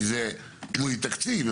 כי זה תלוי תקציב.